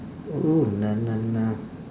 oh na na na